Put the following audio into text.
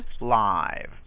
live